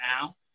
now